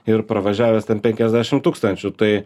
ir pravažiavęs ten penkiasdešim tūkstančių tai